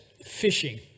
fishing